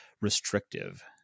restrictive